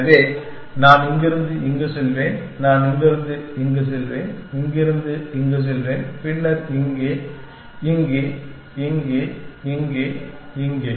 எனவே நான் இங்கிருந்து இங்கு செல்வேன் நான் இங்கிருந்து இங்கு செல்வேன் இங்கிருந்து இங்கு செல்வேன் பின்னர் இங்கே இங்கே இங்கே இங்கே இங்கே